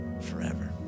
forever